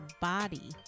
body